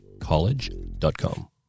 college.com